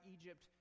Egypt